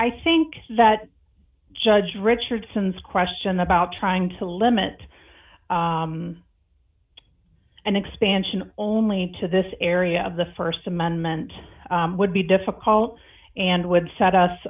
i think that judge richardson's question about trying to limit an expansion only to this area of the st amendment would be difficult and would set us